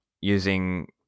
using